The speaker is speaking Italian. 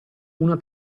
una